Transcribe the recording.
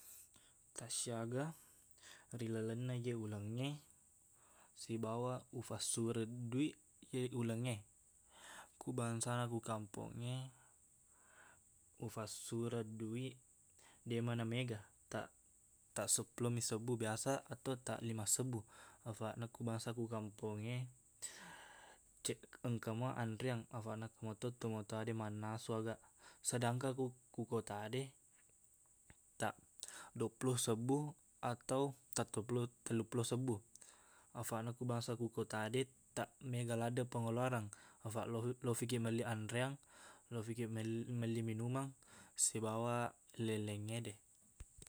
Tassiaga ri lalenna iye ulengnge sibawa ufassureng duiq iye ulengnge. Ku bangsana ku kampongnge, ufassureng duiq, deqmana mega. Taq- tasseppulomi sebbu biasa atau taqlima sebbu. Afaqna, ku bangsa ku kampongnge, cek- engkamo anreang, afaqna engka meto tomatoa de mannasu aga. Sedangkang ku- ku kota de, taq duappulo sebbu atau taqtuopp- telluppulo sebbu. Afanaq, ku bangsa ku kota de, taq mega laddeq pengeluaran, afaq lofikiq melli anreang, lofikiq melli minumang, sibawa laing-laingngede.